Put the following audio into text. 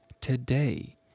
today